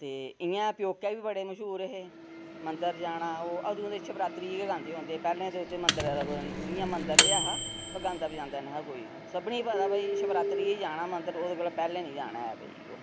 ते इंया प्यौके बी बड़े मश्हूर हे मंदर जाना अदूं ते शिवरात्री गी गै गांदे हे पैह्ले उत्थे मंदर दा कुतै इयां मंदर ते ऐ हा पर गांदा बजांदा नेईं हा कोई सभनें गी पता हा भई जे शिवरात्री गी गै जाना ऐ मंदर ओह्दे कोला पैह्ले नेईं जाना ऐ भई